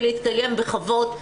ולהתקיים בכבוד.